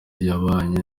yabanye